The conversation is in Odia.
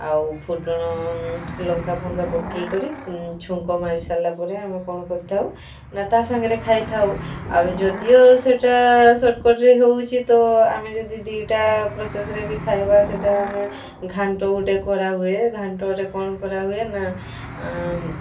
ଆଉ ଫୁଟଣ ଲଙ୍କା ଫଙ୍କା ପକାଇକରି ଛୁଙ୍କ ମାରିସାରିଲା ପରେ ଆମେ କ'ଣ କରିଥାଉ ନା ତା ସାଙ୍ଗରେ ଖାଇଥାଉ ଆଉ ଯଦିଓ ସେଟା ସଟକର୍ଟ୍ ହେଉଛି ତ ଆମେ ଯଦି ଦୁଇଟା ପ୍ରୋସେସ୍ରେ ବି ଖାଇବା ସେଟା ଆମେ ଘାଣ୍ଟ ଗୋଟିଏ କରା ହୁଏ ଘାଣ୍ଟରେ କ'ଣ କରାହୁଏ ନା